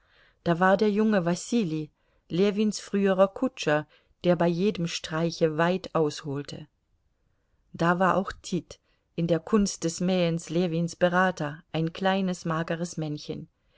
da war der junge wasili ljewins früherer kutscher der bei jedem streiche weit ausholte da war auch tit in der kunst des mähens ljewins berater ein kleines mageres männchen